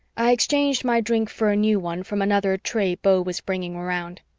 i exchanged my drink for a new one from another tray beau was bringing around.